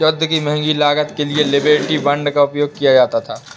युद्ध की महंगी लागत के लिए लिबर्टी बांड का उपयोग किया गया था